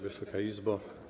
Wysoka Izbo!